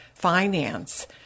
finance